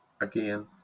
again